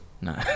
No